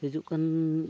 ᱦᱤᱡᱩᱜ ᱠᱟᱱᱻ